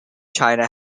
china